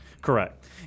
Correct